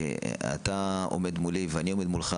כי אתה עומד מולי ואני עומד מולך,